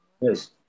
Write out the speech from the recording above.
Yes